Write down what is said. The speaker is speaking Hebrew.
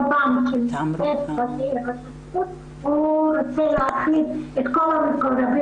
פעם שנכנס ראש רשות חדש הוא רוצה להחליף את כל הצוות,